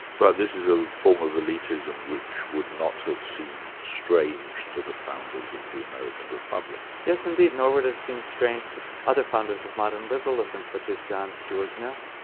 but this is a form of elitism which would not have seemed strange to the founders of the american republic. yes indeed, nor would it seem strange to other founders of modern liberalism such as john stuart mill.